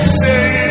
say